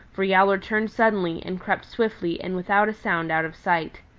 for yowler turned suddenly and crept swiftly and without a sound out of sight.